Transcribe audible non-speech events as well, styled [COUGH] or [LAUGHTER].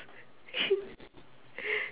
[LAUGHS]